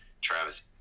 Travis